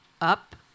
up